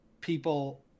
people